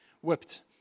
whipped